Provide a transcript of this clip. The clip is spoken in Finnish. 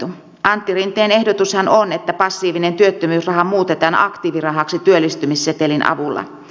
antti rinteen ehdotushan on että passiivinen työttömyysraha muutetaan aktiivirahaksi työllistymissetelin avulla